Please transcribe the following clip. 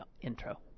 intro